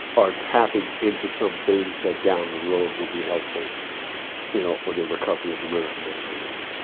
are tapping into some things that down the road will be helpful you know for the recovery of american masculinity.